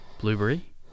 blueberry